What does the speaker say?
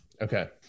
Okay